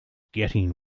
getting